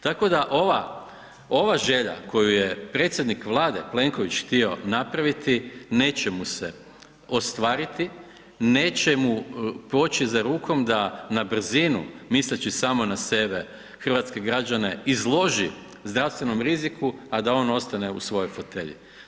Tako da ova, ova želja koju je predsjednik Vlade, Plenković htio napraviti neće mu se ostvariti, neće mu poći za rukom da na brzinu, misleći samo na sebe, hrvatske građane izloži zdravstvenom riziku, a da on ostane u svojoj fotelji.